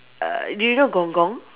err do you know gong-gong